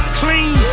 clean